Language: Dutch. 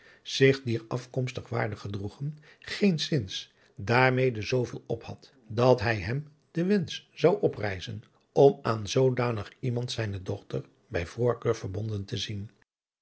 zich dier afkomst waardig gedroegen geenszins daarmede zooveel op had dat bij hem de wensch zou oprijzen om aan zoodanig iemand zijne dochter bij voorkeur verbonden te zien